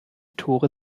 tore